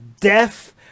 death